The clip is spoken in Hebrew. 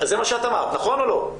זה מה שאת אמרת, נכון או לא?